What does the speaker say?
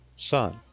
Son